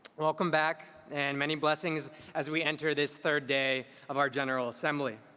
welcome back and many blessings as we enter this third day of our general assembly.